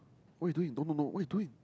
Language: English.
what you doing no no no what you doing